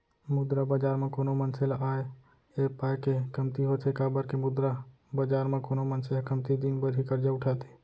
मुद्रा बजार म कोनो मनसे ल आय ऐ पाय के कमती होथे काबर के मुद्रा बजार म कोनो मनसे ह कमती दिन बर ही करजा उठाथे